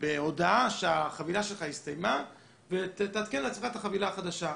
בהודעה שהחבילה הסתיימה ומציעה לעדכן חבילה חדשה.